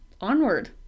onward